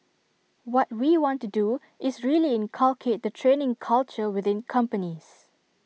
what we want to do is really inculcate the training culture within companies